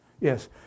Yes